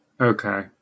okay